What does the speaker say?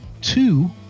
two